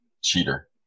Cheater